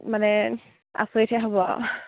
মানে আচৰিতহে হ'ব আৰু